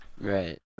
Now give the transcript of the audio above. Right